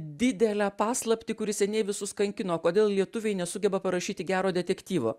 didelę paslaptį kuri seniai visus kankino kodėl lietuviai nesugeba parašyti gero detektyvo